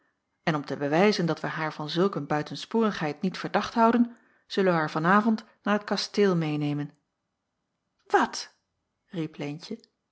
en om te bewijzen dat wij haar van zulk een buitensporigheid niet verdacht houden zullen wij haar van avond naar t kasteel meênemen wat riep leentje